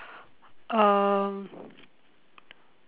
uh